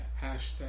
Hashtag